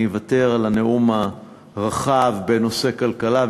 אני אוותר על הנאום הרחב בנושא כלכלה,